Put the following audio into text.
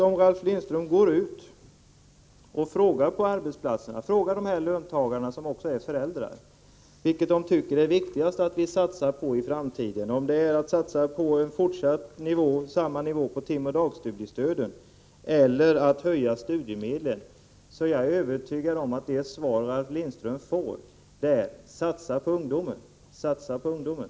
Om Ralf Lindström går ut på arbetsplatserna och frågar de löntagare som också är föräldrar vad de tycker är viktigast att satsa på i framtiden, att fortsätta med oförändrad nivå på timoch dagstudiestöden eller att höja studiemedlen, är jag övertygad om att det svar Ralf Lindström får är: Satsa på ungdomen!